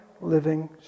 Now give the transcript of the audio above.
living